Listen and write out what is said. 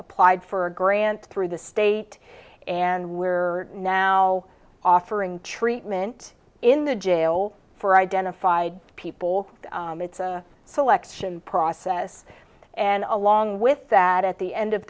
applied for a grant through the state and we're now offering treatment in the jail for identified people it's a selection process and along with that at the end of